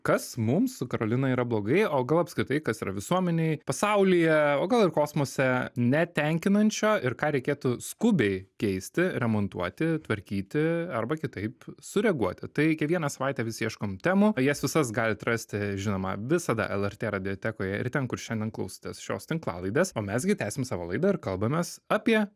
kas mums su karolina yra blogai o gal apskritai kas yra visuomenėj pasaulyje o gal ir kosmose netenkinančio ir ką reikėtų skubiai keisti remontuoti tvarkyti arba kitaip sureaguoti tai kiekvieną savaitę vis ieškom temų jas visas galite rasti žinoma visada lrt radijotekoje ir ten kur šiandien klausotės šios tinklalaidės o mes gi tęsiam savo laidą ir kalbamės apie